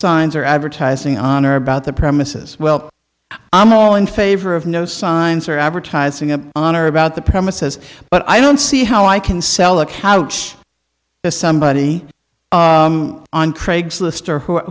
signs or advertising on or about the premises well i'm all in favor of no signs or advertising it on or about the premises but i don't see how i can sell a couch to somebody on craigslist or who